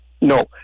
No